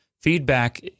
feedback